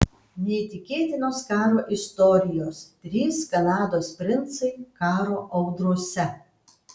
neįtikėtinos karo istorijos trys kanados princai karo audrose